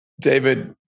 David